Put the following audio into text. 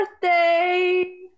birthday